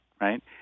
right